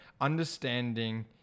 understanding